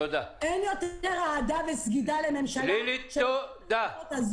אין יותר אהדה וסגידה לממשלה --- הזויות.